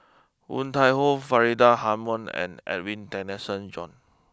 Woon Tai Ho Faridah Hanum and Edwin Tessensohn John